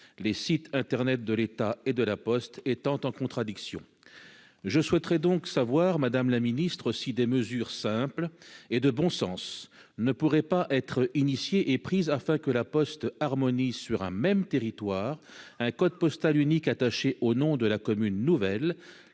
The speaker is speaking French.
les sites internet de l'État et de la Poste étant en contradiction je souhaiterais donc savoir, Madame la Ministre, si des mesures simples et de bon sens ne pourrait pas être initié et prise afin que la Poste harmonie sur un même territoire un code postal unique au nom de la commune nouvelle